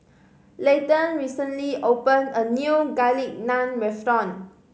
Layton recently opened a new Garlic Naan Restaurant